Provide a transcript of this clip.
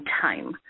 time